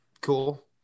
Cool